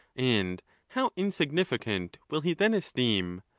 and how insignificant will he then esteem,